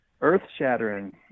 earth-shattering